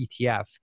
ETF